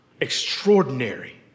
extraordinary